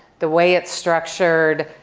the way it's structured,